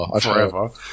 forever